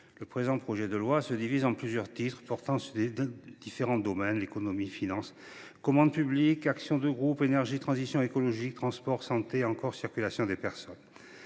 Le présent projet de loi se divise en plusieurs titres portant sur des domaines variés : économie et finances, commande publique, actions de groupe, énergie, transition écologique, transports, santé, ou encore circulation des personnes.